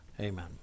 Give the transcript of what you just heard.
amen